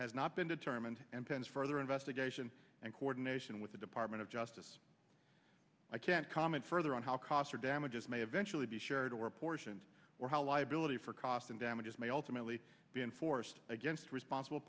determined and pens further investigation and coordination with the department of justice i can't comment further on how cost or damages may eventually be shared or portions or how liability for cost and damages may ultimately be enforced against responsible